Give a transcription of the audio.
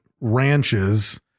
ranches